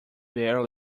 beer